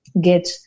get